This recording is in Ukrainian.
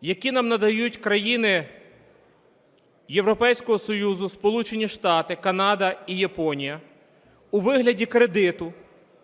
які нам надають країни Європейського Союзу, Сполучені Штати, Канада і Японія у вигляді кредиту.